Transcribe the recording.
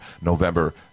November